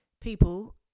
people